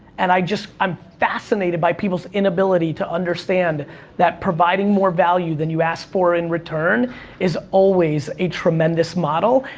and i just, i'm fascinated by people's inability to understand that providing more value than you ask for in return is always a tremendous model,